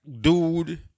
dude